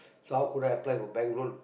so how could I apply for bank loan